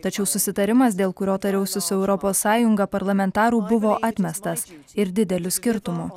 tačiau susitarimas dėl kurio tariausi su europos sąjunga parlamentarų buvo atmestas ir dideliu skirtumu